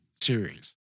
series